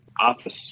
office